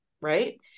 Right